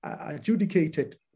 adjudicated